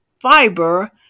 fiber